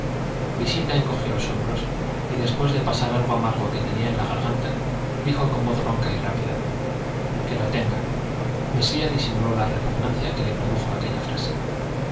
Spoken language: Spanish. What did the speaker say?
visita encogió los hombros y después de pasar algo amargo que tenía en la garganta dijo con voz ronca y rápida que lo tenga mesía disimuló la repugnancia que le produjo aquella frase